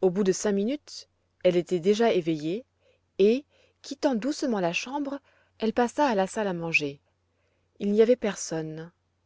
au bout de cinq minutes elle était déjà éveillée et quittant doucement la chambre elle passa à la salle à manger il n'y avait personne